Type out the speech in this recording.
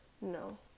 No